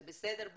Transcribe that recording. זה בסדר,